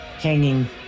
hanging